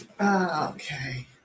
Okay